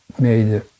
made